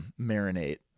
marinate